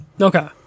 Okay